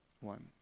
one